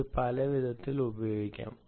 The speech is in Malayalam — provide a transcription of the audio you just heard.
ഇത് പലവിധത്തിൽ ഉപയോഗിക്കാം